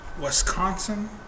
Wisconsin